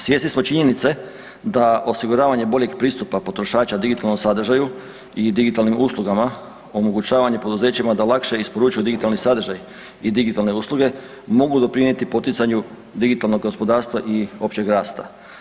Svjesni smo činjenice da osiguravanje boljeg pristupa potrošača digitalnom sadržaju i digitalnim uslugama, omogućavanje poduzećima da lakše isporučuju digitalni sadržaj i digitalne usluge mogu doprinijeti poticanju digitalnog gospodarstva i opće rasta.